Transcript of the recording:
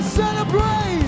celebrate